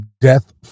death